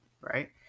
right